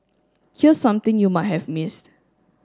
here's something you might have missed